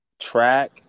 Track